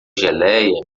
geleia